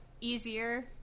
easier